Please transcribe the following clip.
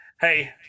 hey